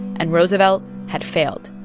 and roosevelt had failed.